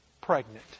pregnant